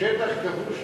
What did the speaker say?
שטח כבוש,